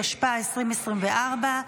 התשפ"ה 2024,